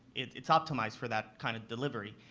it's optimized for that kind of delivery.